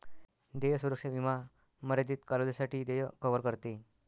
देय सुरक्षा विमा मर्यादित कालावधीसाठी देय कव्हर करते